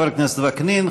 תודה לחבר הכנסת וקנין.